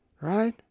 right